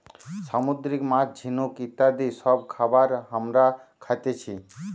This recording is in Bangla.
সামুদ্রিক মাছ, ঝিনুক ইত্যাদি সব খাবার হামরা খাতেছি